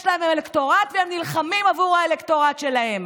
יש להם אלקטורט, והם נלחמים עבור האלקטורט שלהם.